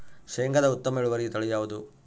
ಶೇಂಗಾದ ಉತ್ತಮ ಇಳುವರಿ ತಳಿ ಯಾವುದು?